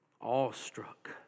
awestruck